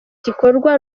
gikorwa